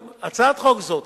הצעת חוק זאת